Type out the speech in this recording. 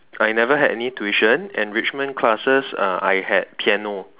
I never had any tuition enrichment classes uh I had piano